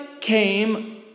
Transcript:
came